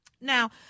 now